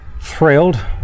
thrilled